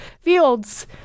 fields